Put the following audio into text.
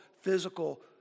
physical